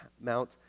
Mount